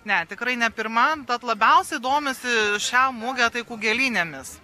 ne tikrai ne pirmam bet labiausiai domisi šią mugę tai kugėlinėmis